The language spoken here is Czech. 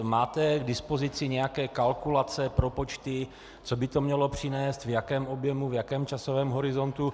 Máte k dispozici nějaké kalkulace, propočty, co by to mělo přinést, v jakém objemu, v jakém časovém horizontu?